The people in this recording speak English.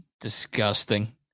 disgusting